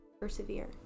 Persevere